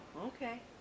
okay